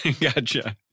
Gotcha